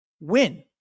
Win